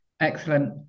Excellent